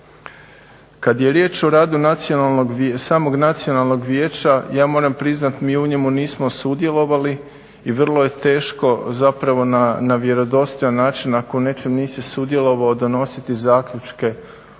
Kad je riječ o radu samog Nacionalnog vijeća, ja moram priznati, mi u njemu nismo sudjelovali i vrlo je teško zapravo na vjerodostojan način ako u nečem nisi sudjelovao donositi zaključke o